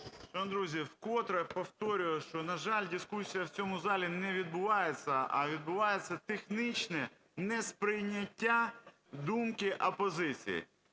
Шановні друзі, вкотре повторює, що, на жаль, дискусія в цьому залі не відбувається, а відбувається технічне несприйняття думки опозиції.